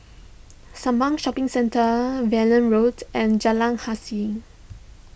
Sembawang Shopping Centre Valley Road and Jalan Hussein